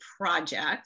project